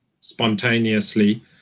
spontaneously